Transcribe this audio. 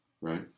right